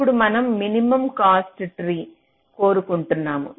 ఇప్పుడు మనం minimum cost tree కోరుకుంటున్నాము